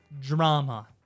drama